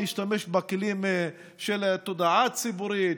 להשתמש בכלים של התודעה הציבורית,